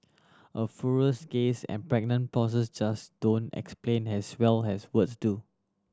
a furrows gaze and pregnant pauses just don't explain as well as words do